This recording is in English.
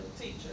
teacher